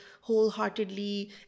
wholeheartedly